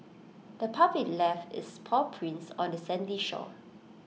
the puppy left its paw prints on the sandy shore